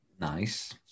Nice